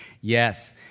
Yes